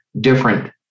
different